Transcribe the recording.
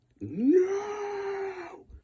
No